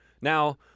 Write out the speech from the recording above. Now